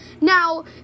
Now